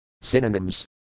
Synonyms